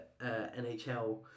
nhl